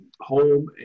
home